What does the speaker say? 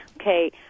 okay